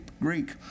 Greek